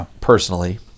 personally